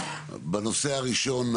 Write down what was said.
בנושא הראשון,